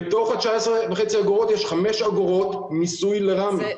בתוך ה-19.5 אגורות יש חמש אגורות מיסוי לרמ"י.